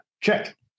check